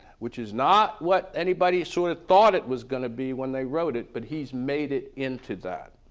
which is not what anybody sort of thought it was going to be when they wrote it but he's made it into that.